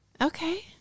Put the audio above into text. Okay